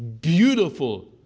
beautiful